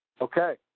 okay